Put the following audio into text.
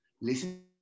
Listen